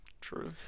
True